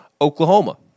Oklahoma